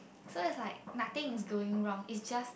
so it's like nothing is going wrong it's just